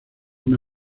una